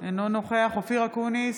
אינו נוכח אופיר אקוניס,